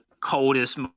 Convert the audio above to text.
coldest